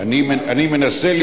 אני מנסה לגאול עולם.